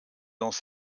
dans